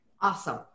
Awesome